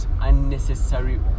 unnecessary